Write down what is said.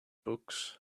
books